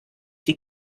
die